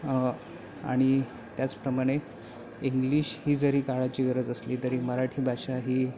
आणि त्याचप्रमाणे इंग्लिश ही जरी काळाची गरज असली तरी मराठी भाषा ही